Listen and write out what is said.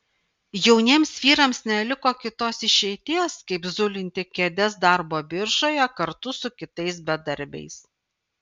jauniems vyrams neliko kitos išeities kaip zulinti kėdes darbo biržoje kartu su kitais bedarbiais